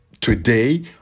today